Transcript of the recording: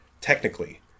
technically